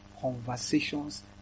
conversations